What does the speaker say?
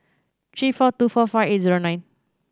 three four two four five eight zero nine